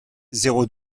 zéro